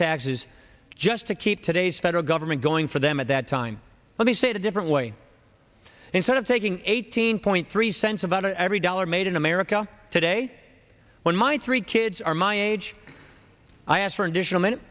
taxes just to keep today's federal government going for them at that time let me say it a different way instead of taking eighteen point three cents about every dollar made in america today when my three kids are my age i asked for an additional minute